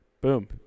Boom